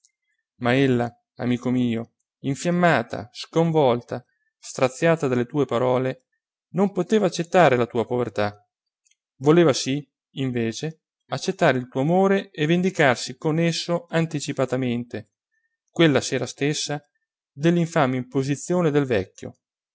ma ella amico mio infiammata sconvolta straziata dalle tue parole non poteva accettare la tua povertà voleva sì invece accettare il tuo amore e vendicarsi con esso anticipatamente quella sera stessa dell'infame imposizione del vecchio